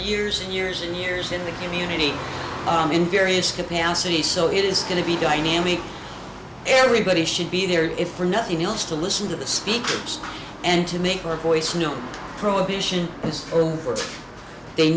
years and years and years in the community in various capacities so it is going to be dynamic everybody should be there if for nothing else to listen to the speakers and to make your voice know prohibition